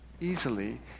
easily